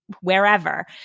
Wherever